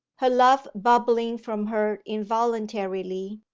her love bubbling from her involuntarily,